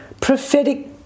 prophetic